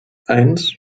eins